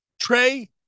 Trey